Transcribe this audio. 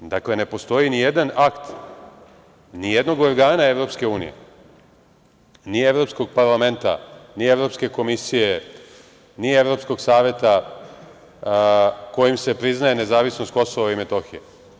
Dakle, ne postoji ni jedan akt ni jednog organa EU, ni Evropskog parlamenta, ni Evropske komisije, ni Evropskog saveta kojim se priznaje nezavisnost Kosova i Metohije.